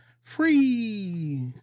free